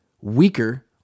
weaker